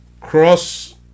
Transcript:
cross